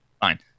Fine